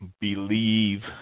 believe